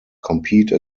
compete